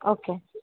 okay